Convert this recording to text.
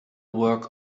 work